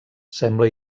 sembla